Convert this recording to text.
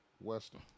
Western